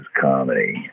comedy